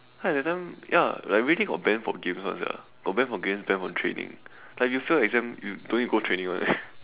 ya that time ya like Wei-Ting got ban for game [one] sia got ban from games ban from training like if you fail exams you don't need to go training [one] eh